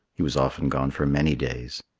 he was often gone for many days.